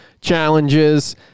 challenges